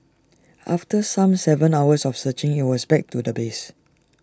after some Seven hours of searching IT was back to the base